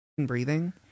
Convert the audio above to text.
breathing